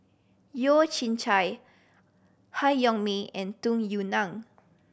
Yeo Chye Han Yong May and Tung Yue Nang